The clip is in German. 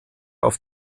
auf